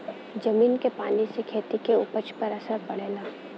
जमीन के पानी से खेती क उपज पर असर पड़ेला